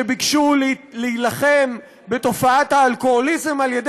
שביקשו להילחם בתופעת האלכוהוליזם על-ידי